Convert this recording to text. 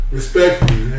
Respectfully